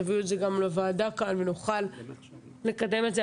תביאו את זה גם לוועדה ונוכל לקדם את זה,